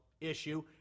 issue